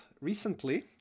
recently